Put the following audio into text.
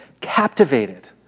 captivated